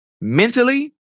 mentally